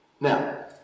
Now